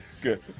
Good